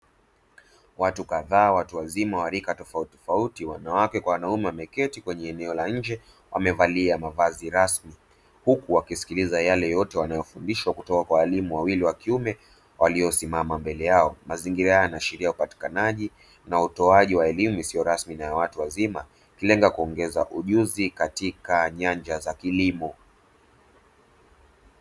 Watu kadhaa watu wazima wa rika tofauti wanawake kwa wanaume wameketi kwenye eneo la nje wamevalia mavazi rasmi huku wakisikiliza yale yote wanayofundishwa kutoka kwa elimu wawili wa kiume waliosimama mbele yao, mazingira haya yanaashiria upatikanaji na utoaji wa elimu isiyo rasmi na watu wazima ikilenga kuongeza ujuzi katika nyanja za kilimo.